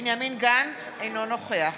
בנימין גנץ, אינו נוכח